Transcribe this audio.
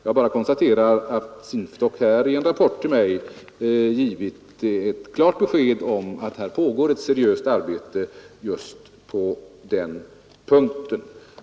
Jag bara konstaterar att SINFDOK i en rapport till mig har givit ett klart besked om att ett seriöst arbete här pågår.